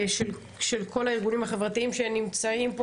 של כל הארגונים החברתיים שנמצאים פה